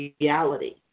reality